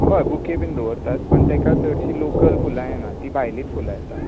हय बुके बीन दवरतात पण ताका चडशीं लोकल फुलां येना तीं भायलींच फुलां येता